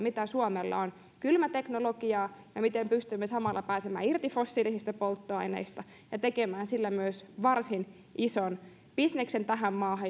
mitä suomella on kylmäteknologiaan ja siihen miten pystymme samalla pääsemään irti fossiilisista polttoaineista ja tekemään sillä tähän maahan myös varsin ison bisneksen